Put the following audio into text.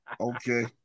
Okay